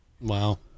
Wow